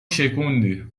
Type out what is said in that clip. شکوندی